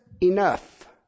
enough